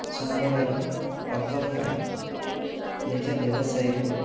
ସମ୍ବଳର ଅଭାବ ପାଇଁ ନିଜ ବ୍ୟବସାୟୀକୁ